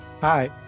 Hi